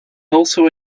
also